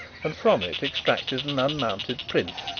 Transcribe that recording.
and from it extracted an unmounted print.